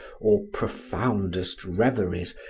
or profoundest reveries,